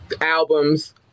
albums